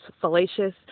fallacious